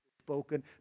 spoken